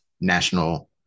national